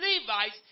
Levites